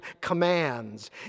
commands